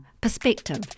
perspective